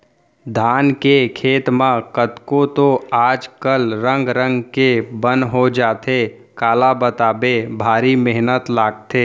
धान के खेत म कतको तो आज कल रंग रंग के बन हो जाथे काला बताबे भारी मेहनत लागथे